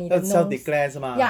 要 self declare 是吗